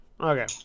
Okay